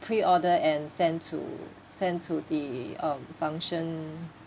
pre-order and send to send to the um function